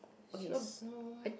okay so